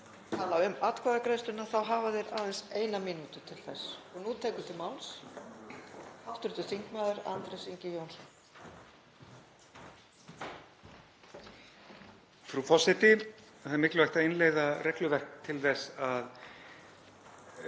Það er mikilvægt að innleiða regluverk til þess að